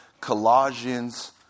Colossians